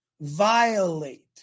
Violate